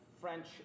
French